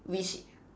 which